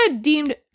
deemed